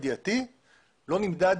לא נמדד